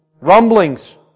rumblings